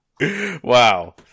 Wow